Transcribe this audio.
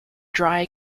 drier